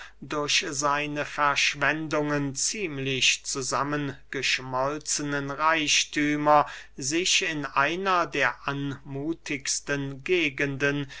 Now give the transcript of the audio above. durch seine verschwendungen ziemlich zusammen geschmolzenen reichthümer sich in einer der anmuthigsten gegenden